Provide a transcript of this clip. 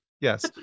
Yes